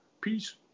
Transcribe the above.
Peace